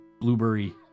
Blueberry